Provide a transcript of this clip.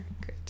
Good